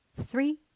three